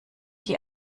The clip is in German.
die